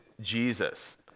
Jesus